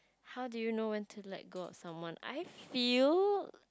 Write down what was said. how do you know when to like go out someone I felt